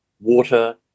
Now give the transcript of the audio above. water